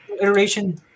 iteration